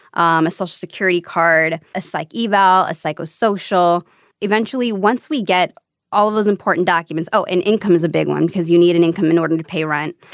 um a social security card a psych eval a psycho social eventually once we get all of those important documents. oh and income is a big one because you need an income in order to pay rent.